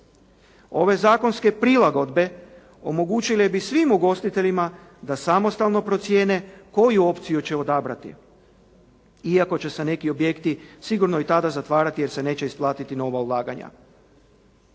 Ove zakonske prilagodbe omogućile bi svim ugostiteljima da samostalno procijene koju opciju će odabrati. Iako će se neki objekti sigurno i tada zatvarati jer se neće isplatiti nova ulaganja.